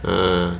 err